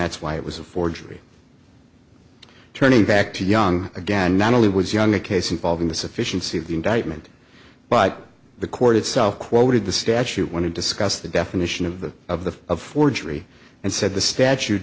that's why it was a forgery turning back to young again not only was young a case involving the sufficiency of the indictment but the court itself quoted the statute want to discuss the definition of the of the of forgery and said the statute